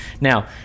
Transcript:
Now